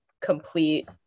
complete